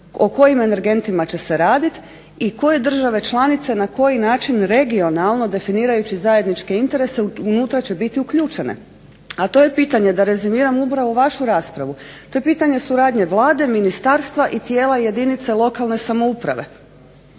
o kojim energentima će se raditi i koje države članice na koji način regionalno definirajući zajedničke interese unutra će biti uključene. A to je pitanje, da rezimiram upravo vašu raspravu, to je pitanje suradnje Vlade, ministarstva i tijela jedinice lokalne samouprave.